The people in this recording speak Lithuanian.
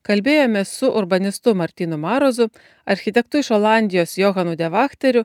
kalbėjomės su urbanistu martynu marozu architektu iš olandijos johanu devachteriu